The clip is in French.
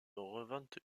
revente